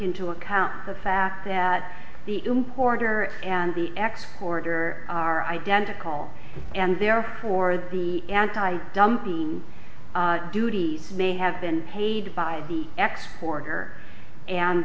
into account the fact that the importer and the ex hoarder are identical and therefore the antidumping duties may have been paid by the export here and